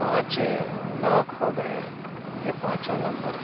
پانچ لاکھ ہو گئے یہ پانچوں نمبر